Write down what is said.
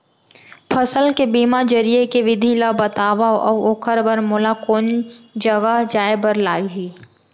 फसल के बीमा जरिए के विधि ला बतावव अऊ ओखर बर मोला कोन जगह जाए बर लागही?